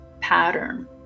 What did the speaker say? pattern